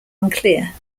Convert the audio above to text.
unclear